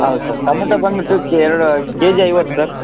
ಹೌದ್ sir tomato ಬಂದುಬಿಟ್ಟು ಎರಡು ಕೆ ಜಿ ಐವತ್ತು ಸರ್